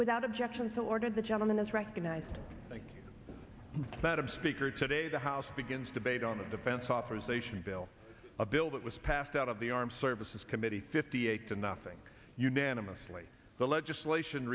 without objection so ordered the gentleman is recognized that i'm speaker today the house begins debate on the defense authorization bill a bill that was passed out of the armed services committee fifty eight to nothing unanimously the legislation